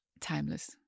Timeless